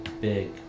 big